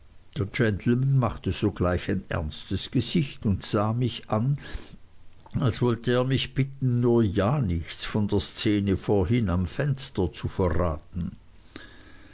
der gentleman machte sogleich ein ernstes gesicht und sah mich an als wollte er mich bitten nur ja nichts von der szene vorhin am fenster zu verraten